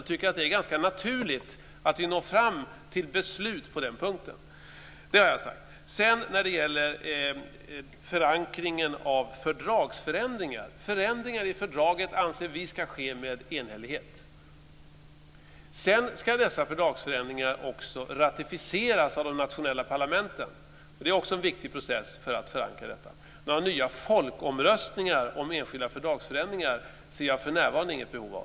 Jag tycker att det är ganska naturligt att vi når fram till beslut på den punkten. Sedan var det frågan om förankringen av fördragsförändringar. Förändringar i fördragen anser vi ska ske med enhällighet. Sedan ska dessa fördragsförändringar också ratificeras av de nationella parlamenten. Det är också en viktig process i förankringen. Några nya folkomröstningar om enskilda fördragsförändringar ser jag för närvarande inget behov av.